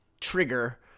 trigger